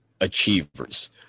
achievers